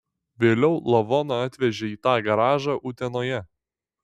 vėliau lavoną atvežė į tą garažą utenoje